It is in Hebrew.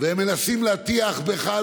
הם מנסים להטיח בך,